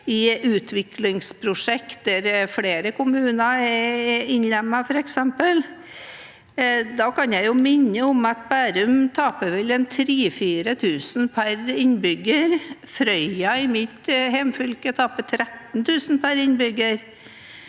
i utviklingsprosjekter der flere kommuner er innlemmet, f.eks. Da kan jeg minne om at Bærum taper vel 3 000–4 000 kr per innbygger. Frøya, i mitt hjemfylke, taper 13 000 kr per innbygger.